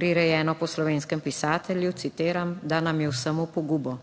prirejeno po slovenskem pisatelju, citiram: "Da nam je vsem v pogubo,